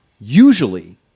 Usually